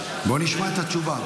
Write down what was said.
בוא נשמע את התשובה,